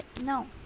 no